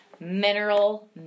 Mineral